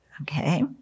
Okay